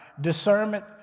Discernment